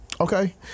Okay